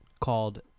called